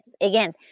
Again